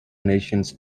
nations